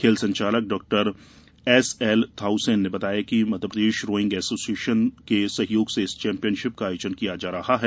खेल संचालक डाक्टर एसएलथाउसेन ने बताया कि मध्यप्रदेश रोइंग एसोसिएशन के सहयोग से इस चैंम्पियनशिप का आयोजन किया जा रहा है